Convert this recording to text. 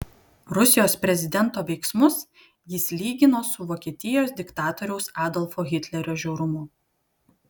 rusijos prezidento veiksmus jis lygino su vokietijos diktatoriaus adolfo hitlerio žiaurumu